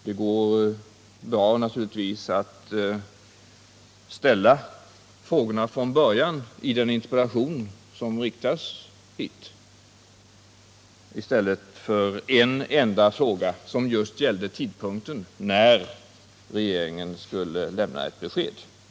Det hade naturligtvis varit bättre att från början ställa frågorna i den interpellation som riktats till mig i stället för en enda fråga som just gällde tidpunkten när regeringen skulle lämna ett besked om Forsmark 3.